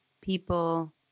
People